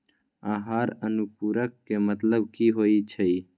आहार अनुपूरक के मतलब की होइ छई?